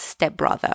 stepbrother